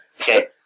Okay